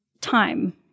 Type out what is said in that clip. Time